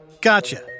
Gotcha